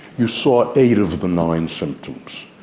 you saw eight of the nine symptoms.